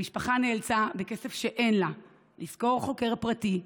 המשפחה נאלצה בכסף שאין לה לשכור חוקר פרטי,